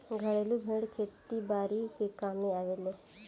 घरेलु भेड़ खेती बारी के कामे आवेले